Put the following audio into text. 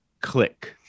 click